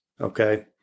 Okay